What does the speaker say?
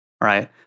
right